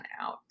out